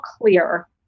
clear